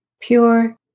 pure